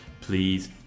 please